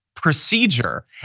procedure